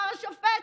אמר השופט: